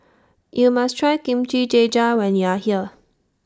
YOU must Try Kimchi Jjigae when YOU Are here